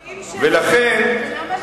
ולכן,